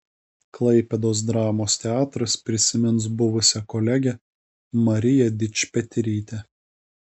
klaipėdos dramos teatras prisimins buvusią kolegę mariją dičpetrytę